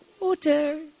water